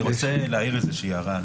אני רוצה להעיר איזושהי הערה.